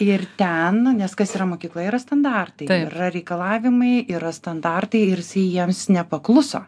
ir ten nes kas yra mokykla yra standartai yra reikalavimai yra standartai ir jiems nepakluso